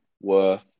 worth